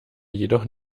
jedoch